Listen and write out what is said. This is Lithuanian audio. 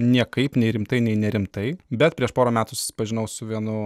niekaip nei rimtai nei nerimtai bet prieš porą metų susipažinau su vienu